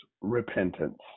repentance